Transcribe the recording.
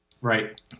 Right